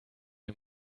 you